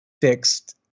fixed